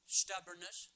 stubbornness